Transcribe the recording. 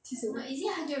七十五